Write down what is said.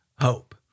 hope